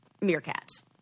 meerkats